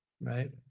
Right